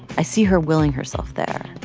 i see her willing herself there,